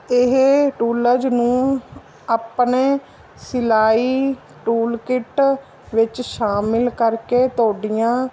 ਇਹ ਟੂਲਜ ਨੂੰ ਆਪਣੇ ਸਿਲਾਈ ਟੂਲ ਕਿੱਟ ਵਿੱਚ ਸ਼ਾਮਿਲ ਕਰਕੇ ਤੁਹਾਡੀਆਂ